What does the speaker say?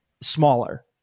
smaller